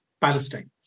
Palestine